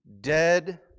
dead